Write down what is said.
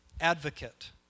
Advocate